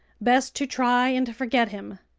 best to try and forget him!